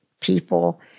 people